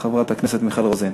חברת הכנסת מיכל רוזין.